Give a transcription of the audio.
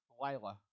Lila